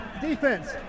Defense